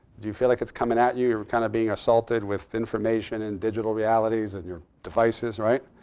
do you feel like it's coming at you, you're kind of being assaulted with information, and digital realities, and your devices? right.